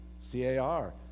C-A-R